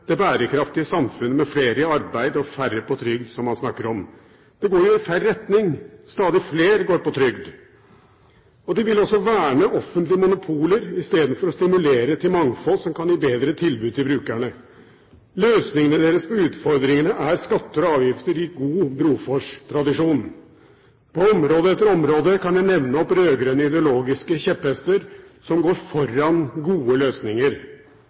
det bærekraftige samfunnet med flere i arbeid og færre på trygd som man snakker om. Det går jo i feil retning. Stadig flere går på trygd. De vil også verne offentlige monopoler i stedet for å stimulere til mangfold som kan gi bedre tilbud til brukerne. Løsningene deres på utfordringene er skatter og avgifter i god Brofoss-tradisjon. På område etter område kan jeg nevne rød-grønne ideologiske kjepphester som går foran gode løsninger.